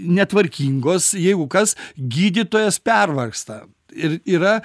netvarkingos jeigu kas gydytojas pervargsta ir yra